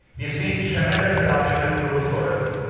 we've seen tremendous adoption with google photos,